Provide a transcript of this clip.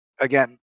again